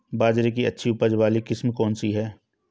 बाजरे की अच्छी उपज वाली किस्म कौनसी है?